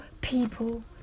people